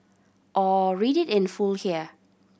or read it in full here